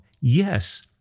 Yes